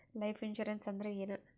Life insurance ಅಂದ್ರ ಏನ?